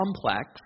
complex